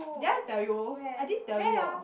did I tell you I didn't tell you ah